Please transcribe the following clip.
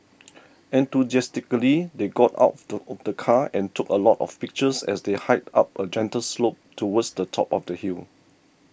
enthusiastically they got out of the car and took a lot of pictures as they hiked up a gentle slope towards the top of the hill